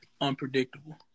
unpredictable